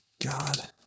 God